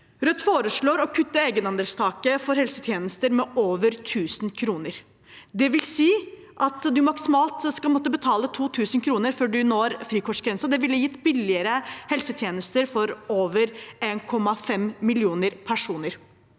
Rødt foreslår å kutte egenandelstaket for helsetjenester med over 1 000 kr. Det vil si at man maksimalt skal måtte betale 2 000 kr før man når frikortgrensen. Det ville gitt billigere helsetjenester for over 1,5 millioner personer.